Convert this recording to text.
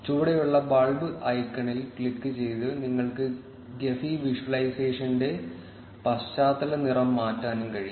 ചുവടെയുള്ള ബൾബ് ഐക്കണിൽ ക്ലിക്കുചെയ്ത് നിങ്ങൾക്ക് ഗെഫി വിഷ്വലൈസേഷന്റെ പശ്ചാത്തല നിറം മാറ്റാനും കഴിയും